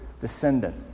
Descendant